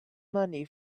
money